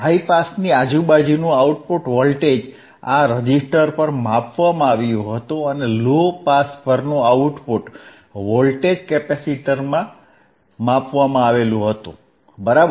high પાસની આજુબાજુનું output voltage આ રેઝિસ્ટર પર માપવામાં આવ્યું હતું અને લો પાસ પરનું આઉટપુટ વોલ્ટેજ કેપેસિટરમાં માપવામાં આવ્યું હતું બરાબર